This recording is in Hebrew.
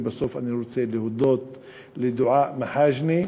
לבסוף אני רוצה להודות לדועא מחאג'נה,